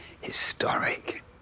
historic